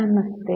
നമസ്തേ